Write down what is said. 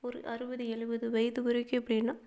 ஒரு அறுபது எழுவது வயது வரைக்கும் எப்படின்னா